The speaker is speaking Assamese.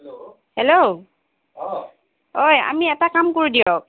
হেল্ল' হেল্ল' অঁ ও আমি এটা কাম কৰো দিয়ক